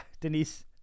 Denise